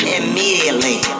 immediately